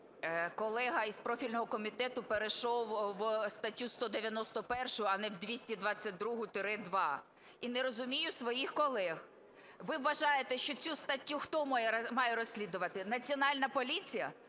колега із профільного комітету перейшов в статтю 191, а не в 222-2, і не розумію своїх колег. Ви вважаєте, що цю статтю хто має розслідувати – Національна поліція?